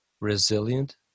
resilient